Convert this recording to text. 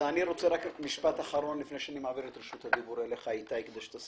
אני רוצה לומר משפט אחרון לפני שאני מעביר את רשות הדיבור לאיתי עצמון.